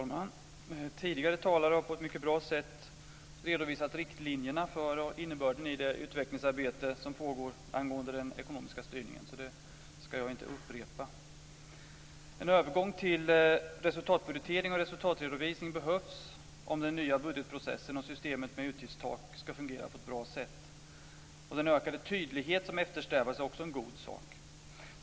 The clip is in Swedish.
Fru talman! Tidigare talare har på ett mycket bra sätt redovisat riktlinjerna för och innebörden i det utvecklingsarbete som pågår angående den ekonomiska styrningen, så det ska jag inte upprepa. En övergång till resultatbudgetering och resultatredovisning behövs om den nya budgetprocessen och systemet med utgiftstak ska fungera på ett bra sätt. Den ökade tydlighet som eftersträvas är också en god sak.